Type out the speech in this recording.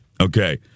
Okay